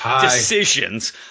decisions